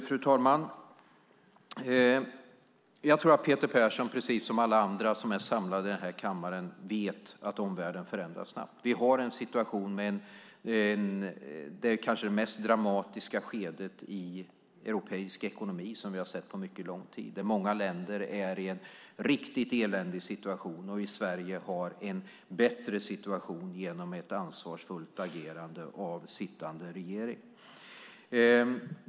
Fru talman! Jag tror att Peter Persson, precis som alla andra som är samlade i den här kammaren, vet att omvärlden förändras snabbt. Vi har en situation med det kanske mest dramatiska skedet i europeisk ekonomi som vi har sett på mycket lång tid. Många länder är i en riktigt eländig situation medan vi i Sverige har en bättre situation genom ett ansvarsfullt agerande av sittande regering.